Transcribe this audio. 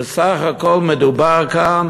כשסך הכול מדובר כאן